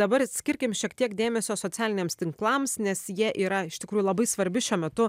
dabar skirkime šiek tiek dėmesio socialiniams tinklams nes jie yra iš tikrųjų labai svarbi šiuo metu